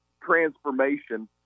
transformation